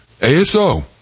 ASO